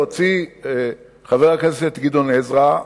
להוציא את חבר הכנסת גדעון עזרא,